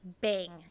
bang